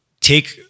take